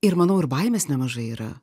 ir manau ir baimės nemažai yra